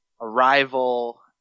arrival